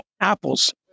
apples